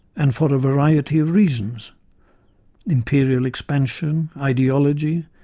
and for a variety of reasons imperial expansion, ideology,